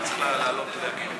אני צריך לעלות ולהגיב.